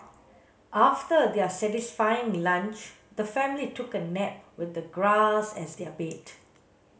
after their satisfying lunch the family took a nap with the grass as their bed